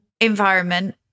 environment